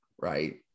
right